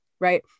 right